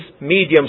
medium